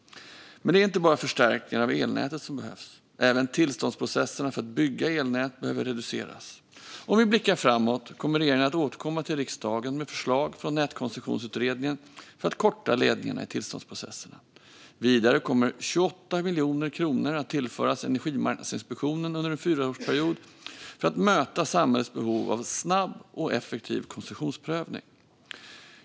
Men det är inte bara förstärkningar av elnätet som behövs. Även tillståndsprocesserna för att bygga elnät behöver reduceras. För att blicka framåt: Regeringen kommer att återkomma till riksdagen med förslag från Nätkoncessionsutredningen för att korta ledtiderna i tillståndsprocesserna. Vidare kommer 28 miljoner kronor att tillföras Energimarknadsinspektionen under en fyraårsperiod för att möta samhällets behov av en snabb och effektiv koncessionsprövning.